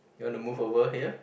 you want to move over here